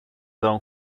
don